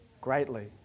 greatly